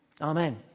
Amen